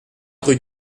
rue